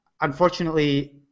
unfortunately